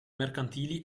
mercantili